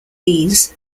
ease